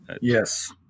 Yes